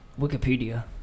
Wikipedia